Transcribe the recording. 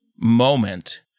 moment